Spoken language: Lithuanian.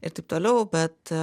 ir taip toliau bet